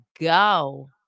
go